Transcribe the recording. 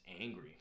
angry